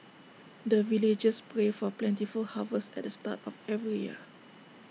the villagers pray for plentiful harvest at the start of every year